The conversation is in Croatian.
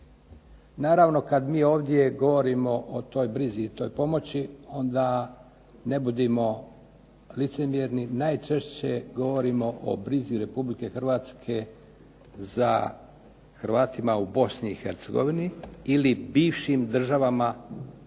Naravno, kad mi ovdje govorimo o toj brizi i toj pomoći onda ne budimo licemjerni najčešće govorimo o brizi Republike Hrvatske za Hrvatima u Bosni i Hercegovini ili bivšim državama bivše,